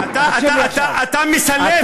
אתה מסלף,